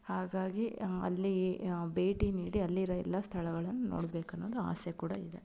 ಹಾಗಾಗಿ ಅಲ್ಲಿ ಭೇಟಿ ನೀಡಿ ಅಲ್ಲಿರೋ ಎಲ್ಲ ಸ್ಥಳಗಳನ್ನು ನೋಡಬೇಕನ್ನೋದು ಆಸೆ ಕೂಡ ಇದೆ